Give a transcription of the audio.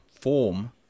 form